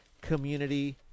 community